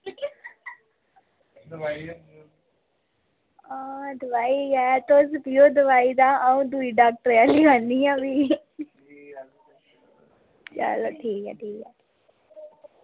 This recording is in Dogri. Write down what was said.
आं दोआई गै तुस पियो दोआई अंऊ दूऐ डॉक्टर कोल लेई आनी आं चलो ठीक ऐ ठीक ऐ